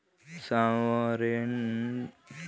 sovereign wealth fund के इस्तमाल से उद्योगिक धंधा बरियार होला